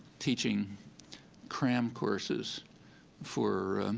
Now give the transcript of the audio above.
teaching cram courses for